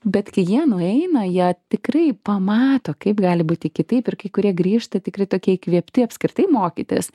bet kai jie nueina jie tikrai pamato kaip gali būti kitaip ir kai kurie grįžta tikrai tokie įkvėpti apskritai mokytis